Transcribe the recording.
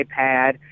iPad